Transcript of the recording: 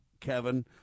Kevin